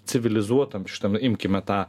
civilizuotam šitam imkime tą